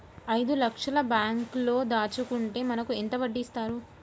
ఐదు లక్షల బ్యాంక్లో దాచుకుంటే మనకు ఎంత వడ్డీ ఇస్తారు?